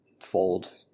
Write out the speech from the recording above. fold